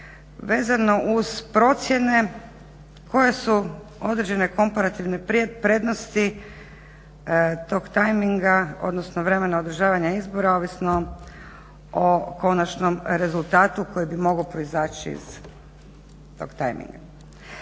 vezano uz procijene koje su određene komparativne prednosti tog tajminga odnosno vremena održavanja izbora ovisno o konačnom rezultatu koji bi mogao proizaći iz tog tajminga.